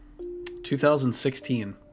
2016